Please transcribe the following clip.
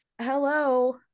hello